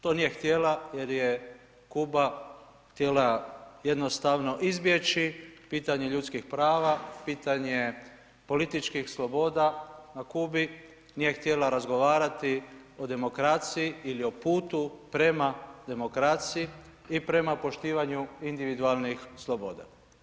To nije htjela jer je Kuba htjela jednostavno izbjeći pitanje ljudskih prava, pitanje političkih sloboda na Kubi, nije htjela razgovarati o demokraciji ili o putu prema demokraciji i prema poštivanju individualnih sloboda.